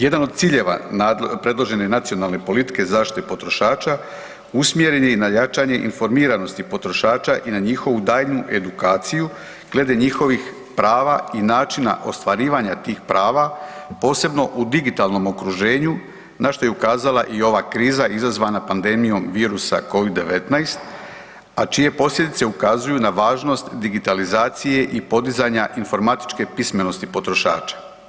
Jedan od ciljeva predložene nacionalne politike zaštite potrošača usmjeren je i na jačanje informiranosti potrošača i na njihovu daljnju edukaciju glede njihovih prava i načina ostvarivanja tih prava, posebno u digitalnom okruženju, na što je ukazala i ova kriza izazvana pandemijom virusa Covid-19, a čije posljedice ukazuju na važnost digitalizacije i podizanja informatičke pismenosti potrošača.